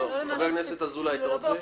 חבר הכנסת אזולאי, אתה רוצה?